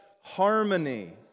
harmony